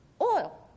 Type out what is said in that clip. oil